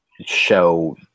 show